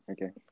Okay